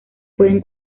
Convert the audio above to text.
pueden